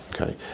Okay